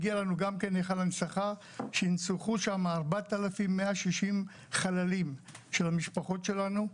הגיע לנו גם כן היכל הנצחה שיונצחו שם 4,160 חללים של המשפחות שלנו,